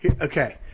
Okay